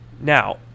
Now